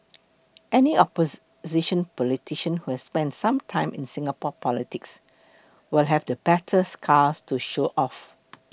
any opposition politician who has spent some time in Singapore politics will have the battle scars to show off